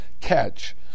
catch